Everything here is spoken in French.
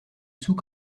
sou